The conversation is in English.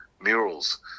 murals